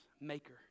maker